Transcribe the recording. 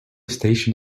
station